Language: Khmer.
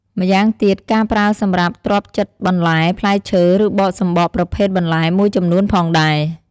ម្យ៉ាងទៀត ក៏ប្រើសម្រាប់ទ្រាប់ចិតបន្លែ ផ្លែឈើ ឬបកសំបកប្រភេទបន្លែមួយចំនួនផងដែរ។